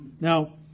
Now